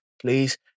please